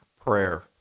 prayer